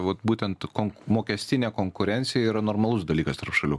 vat būtent konk mokestinė konkurencija yra normalus dalykas tarp šalių